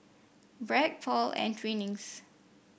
Bragg Paul and Twinings